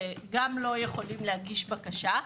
שגם לא יכולים להגיש בקשה,